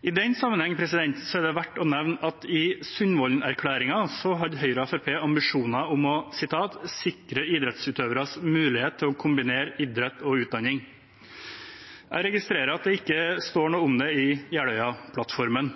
I den sammenheng er det verdt å nevne at i Sundvolden-erklæringen har Høyre og Fremskrittspartiet ambisjoner om å «sikre idrettsutøveres mulighet til å kombinere idrett og utdanning». Jeg registrerer at det ikke står noe om det i Jeløya-plattformen.